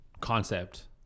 concept